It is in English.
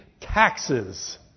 taxes